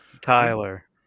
tyler